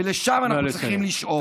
ולשם אנחנו צריכים לשאוף.